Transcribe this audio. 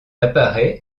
apparaît